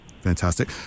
Fantastic